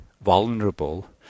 vulnerable